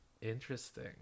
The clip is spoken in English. Interesting